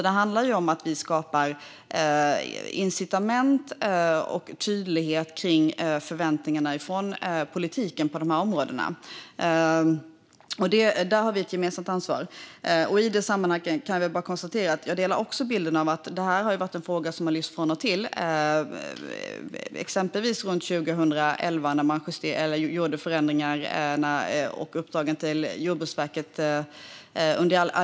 Det handlar om att vi skapar incitament och tydlighet kring förväntningarna från politiken på de här områdena. Där har vi ett gemensamt ansvar. Jag delar bilden att det här är en fråga som har lyfts fram från och till, exempelvis runt 2011 under alliansregeringen, när man gjorde förändringar och gav uppdrag till Jordbruksverket.